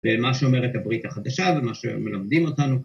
ומה שאומרת הברית החדשה ומה שמלמדים אותנו